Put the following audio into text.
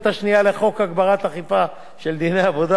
השנייה לחוק להגברת האכיפה של דיני העבודה,